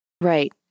Right